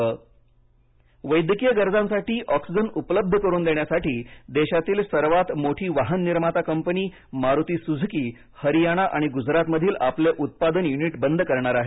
Maruti Suzuki oxygen वैद्यकीय गरजांसाठी oxygen उपलब्ध करुन देण्यासाठी देशातील सर्वात मोठी वाहन निर्माता कंपनी मारुती सुझुकी हरियाणा आणि गुजरातमधील आपले उत्पादन युनिट बंद करणार आहे